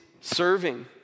serving